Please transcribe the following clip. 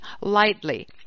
lightly